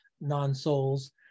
non-souls